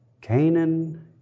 Canaan